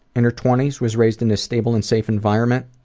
in her twenty s, was raised in a stable and safe environment.